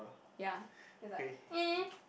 ya is like eh